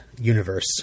universe